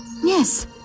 Yes